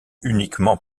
uniquement